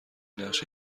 نقش